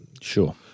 Sure